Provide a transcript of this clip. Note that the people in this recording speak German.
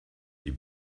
die